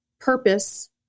purpose